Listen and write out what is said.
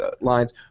lines